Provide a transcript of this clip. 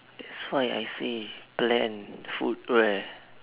that's why I say plan food where